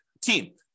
team